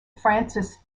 frances